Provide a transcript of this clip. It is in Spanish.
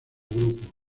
grupo